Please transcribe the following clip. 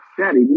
Daddy